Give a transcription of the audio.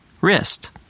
Wrist